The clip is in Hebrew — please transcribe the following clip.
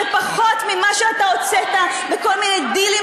זה פחות ממה שאתה הוצאת בכל מיני דילים